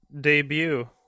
debut